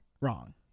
wrong